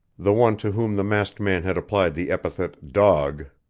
the one to whom the masked man had applied the epithet, dog,